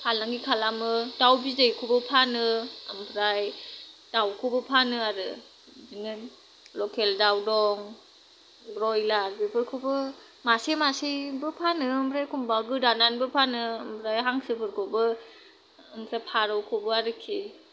फालांगि खालामो दाव बिदैखौबो फानो ओमफ्राय दावखौबो फानो आरो बिदिनो लखेल दाव दं ब्रयलार बेफोरखौबो मासे मासेबो फानो ओमफ्राय एखनबा गोदानानैबो फानो ओमफ्राय हांसोफोरखौबो ओमफ्राय फारौखौबो आरोखि